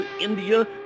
India